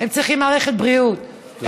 הם צריכים מערכת בריאות,